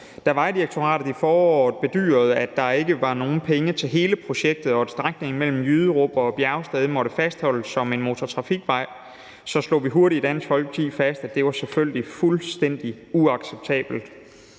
Da Vejdirektoratet i foråret bedyrede, at der ikke var penge til hele projektet, og at strækningen mellem Jyderup og Bjergsted måtte fastholdes som en motortrafikvej, slog vi i Dansk Folkeparti hurtigt fast, at det selvfølgelig var fuldstændig uacceptabelt.